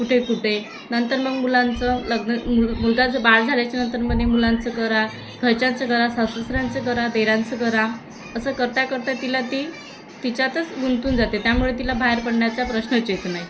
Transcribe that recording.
कुठे कुठे नंतर मग मुलांचं लग्न मु मुलगाचं बाळ झाल्याच्या नंतर म्हणे मुलांचं करा घरच्यांचं करा सासूसऱ्यांचं करा दिरांचं करा असं करता करता तिला ती तिच्यातच गुंतून जाते त्यामुळे तिला बाहेर पडण्याचा प्रश्नच येत नाही